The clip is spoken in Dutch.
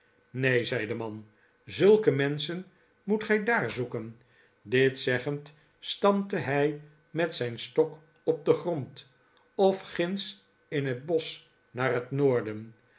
neen zei de man zulke menschen moet gij daar zoeken dit zeggend stampte hij met zijn stok op den grond of ginds in het bosch naar het noorden